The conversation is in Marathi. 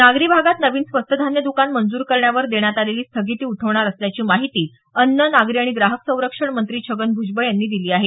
नागरी भागात नवीन स्वस्त धान्य दकान मंजूर करण्यावर देण्यात आलेली स्थगिती उठवणार असल्याची माहिती अन्न नागरी आणि ग्राहक संरक्षण मंत्री छगन भूजबळ यांनी दिली आहे